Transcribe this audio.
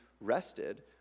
rested